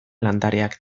landareak